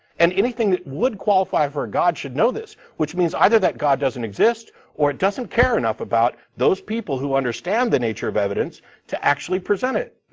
and anything that would qualify for god should know this. which means either that god doesn't exist or doesn't care enough about those people who understand the nature of evidence to actually presented it.